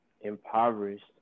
impoverished